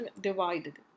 divided